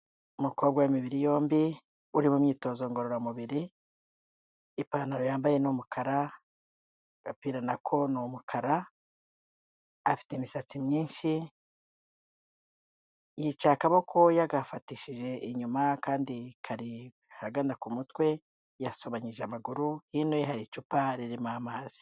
Umukobwa w'imibiri yombi uri mu myitozo ngororamubiri. Ipantaro yambaye ni umukara. Agapira na ko ni umukara. Afite imisatsi myinshi. Yicaye akaboko yagafatishije inyuma akandi kari ahagana ku mutwe. Yasobanyije amaguru. Hino ye hari icupa ririmo amazi.